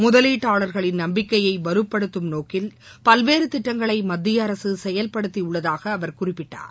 முதலீட்டாளர்களின் நம்பிக்கையை வலுப்படுத்தும் நோக்கில் பல்வேறு திட்டங்களை மத்திய அரசு செயல்படுத்தியுள்ளதாக அவர் குறிப்பிட்டார்